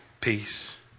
peace